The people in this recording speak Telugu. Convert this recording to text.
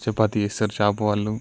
చపాతి చేస్తారు షాపు వాళ్ళు